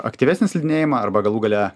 aktyvesnį slidinėjimą arba galų gale